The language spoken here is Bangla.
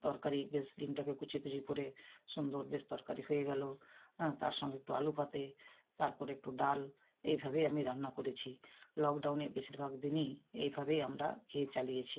তরকারি বেশ ডিমটাকে কুচি কুচি করে সুন্দর বেশ তরকারি হয়ে গেলো তার সঙ্গে একটু আলুভাতে তারপরে একটু ডাল এইভাবেই আমি রান্না করেছি লকডাউনে বেশিরভাগ দিনই এইভাবেই আমরা খেয়ে চালিয়েছি